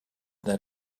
that